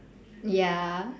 ya